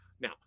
now